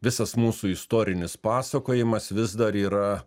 visas mūsų istorinis pasakojimas vis dar yra